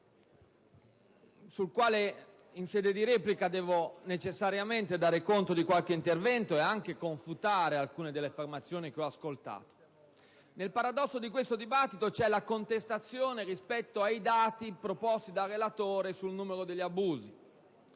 del quale, in sede di replica, devo necessariamente dare conto di qualche intervento ed anche confutare alcune delle affermazioni che ho ascoltato. Nel paradosso di questo dibattito vi è la contestazione dei dati proposti dal relatore sul numero degli abusi: